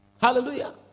Hallelujah